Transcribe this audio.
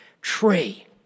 tree